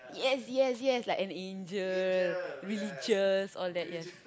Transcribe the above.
yes yes yes like an angel religious all that yes